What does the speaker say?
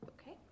Okay